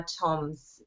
TOMs